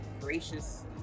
gracious